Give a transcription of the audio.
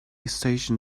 station